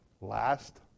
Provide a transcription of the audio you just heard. last